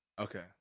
Okay